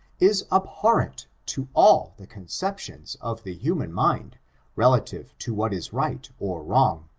is abhorrent to all the concep tions of the human mind relative to what is right or wrong.